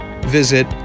visit